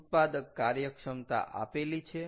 ઉત્પાદક કાર્યક્ષમતા આપેલી છે